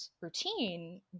routine